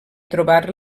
trobar